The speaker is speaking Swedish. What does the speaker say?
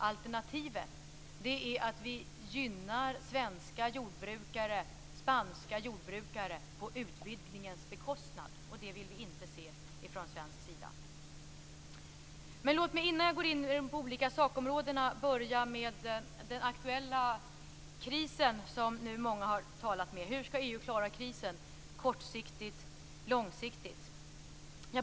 Alternativet är att vi gynnar svenska eller spanska jordbrukare på utvidgningens bekostnad, och det vill vi inte se från svensk sida. Låt mig innan jag går in på de olika sakområdena börja med den aktuella kris som många har talat om. Hur skall EU klara krisen, kortsiktigt och långsiktigt?